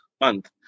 month